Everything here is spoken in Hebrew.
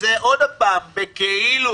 זה עוד פעם בכאילו,